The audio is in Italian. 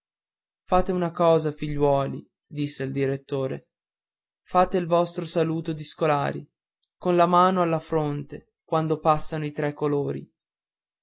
fate una cosa figliuoli disse il direttore fate il vostro saluto di scolari con la mano alla fronte quando passano i tre colori